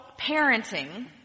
parenting